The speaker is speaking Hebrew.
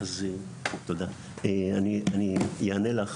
אני אענה לך.